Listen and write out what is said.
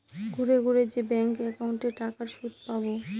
ঘুরে ঘুরে যে ব্যাঙ্ক একাউন্টে টাকার সুদ পাবো